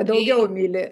daugiau myli